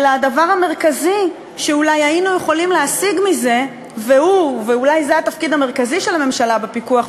התחילה ההצבעה, זה לא יכול לקרות, התחילה ההצבעה,